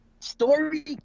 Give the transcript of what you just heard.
Story